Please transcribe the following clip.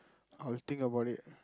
I'll think about it